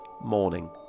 morning